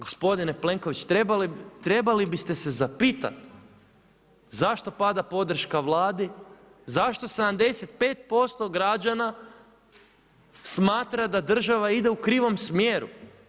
Gospodine Plenković, trebali biste se zapitati zašto pada podrška Vladi, zašto 75% građana smatra da država ide u krivom smjeru?